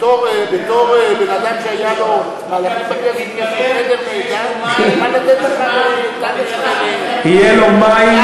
בתור בן-אדם שהיה לו, יתברר שיש לו מים,